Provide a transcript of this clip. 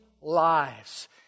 lives